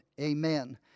Amen